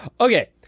Okay